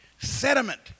Sediment